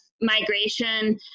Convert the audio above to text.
migration